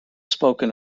spoken